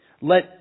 Let